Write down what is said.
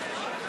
תחשוב על זה.